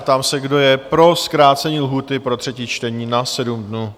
Ptám se, kdo je pro zkrácení lhůty pro třetí čtení na 7 dní?